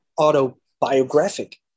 autobiographic